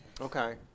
Okay